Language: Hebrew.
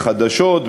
בחדשות,